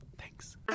Thanks